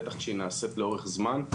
בטח שהיא נעשית לאורך זמן,